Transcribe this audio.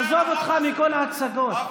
עזוב אותך מכל ההצגות.